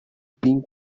being